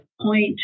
point